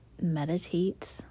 Meditate